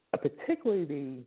Particularly